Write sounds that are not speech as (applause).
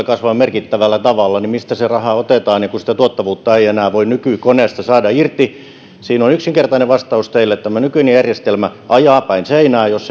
(unintelligible) kasvamaan merkittävällä tavalla niin mistä se raha otetaan kun sitä tuottavuutta ei voi enää nykykoneesta saada irti siinä on yksinkertainen vastaus teille tämä nykyinen järjestelmä ajaa päin seinää jos (unintelligible)